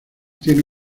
tiene